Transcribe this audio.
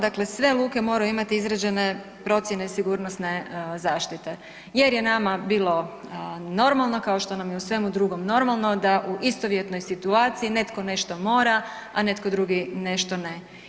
Dakle, sve luke moraju imati izrađene procjene sigurnosne zaštite jer je nama bilo normalno, kao što nam je u svemu drugom normalno da u istovjetnoj situaciji netko nešto mora, a netko drugi nešto ne.